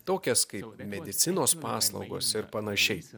tokias kaip medicinos paslaugos ir panašiai